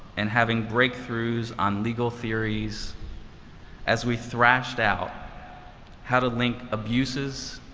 and having breakthroughs on legal theories as we thrashed out how to link abuses